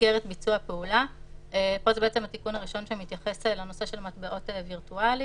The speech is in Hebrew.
במסגרת ביצוע פעולה,"; פה זה בעצם התייחסות למטבעות וירטואליים.